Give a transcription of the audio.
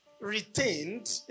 retained